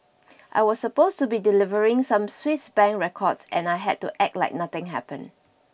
I was supposed to be delivering some Swiss bank records and I had to act like nothing happened